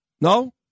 No